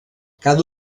cada